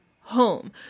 home